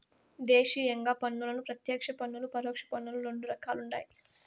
దేశీయంగా పన్నులను ప్రత్యేక పన్నులు, పరోక్ష పన్నులని రెండు రకాలుండాయి